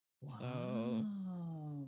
Wow